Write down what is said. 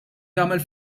jagħmel